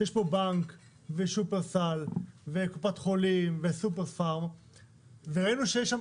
שיש בו בנק ושופרסל וקופת חולים וסופרפארם וראינו שיש שם